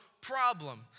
problem